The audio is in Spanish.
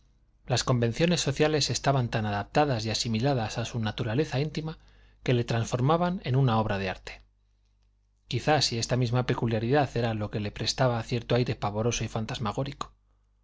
las convenciones sociales estaban tan adaptadas y asimiladas a su naturaleza íntima que le transformaban en una obra de arte quizá si esta misma peculiaridad era lo que le prestaba cierto aire pavoroso y fantasmagórico